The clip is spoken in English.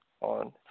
On